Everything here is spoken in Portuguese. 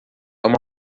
uma